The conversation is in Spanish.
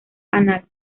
anal